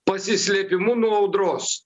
pasislėpimu nuo audros